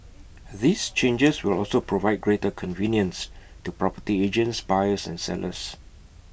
these changes will also provide greater convenience to property agents buyers and sellers